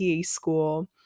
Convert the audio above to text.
school